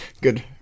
good